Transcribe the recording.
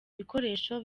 bikoresho